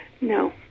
No